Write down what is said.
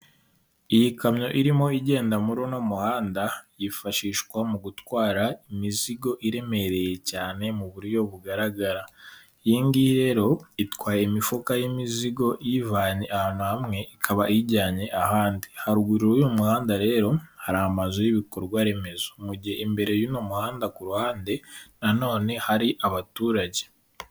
Iyi kamyo irimo igenda muri uno muhanda, yifashishwa mu gutwara imizigo iremereye cyane mu buryo bugaragara. Iyi ngiyi rero itwaye imifuka y'imizigo iyivanye ahantu hamwe ikaba iyijyanye ahandi. Haruguru y'uyu muhanda rero, hari amazu y'ibikorwaremezo. Mu gihe imbere y'uno muhanda ku ruhande nanone hari abaturage.